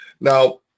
Now